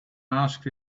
asked